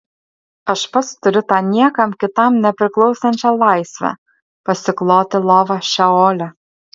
aš pats turiu tą niekam kitam nepriklausančią laisvę pasikloti lovą šeole